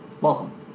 welcome